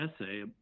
essay